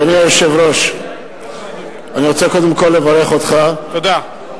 היושב-ראש, אני רוצה קודם כול לברך אותך, תודה.